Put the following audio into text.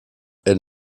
elle